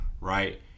Right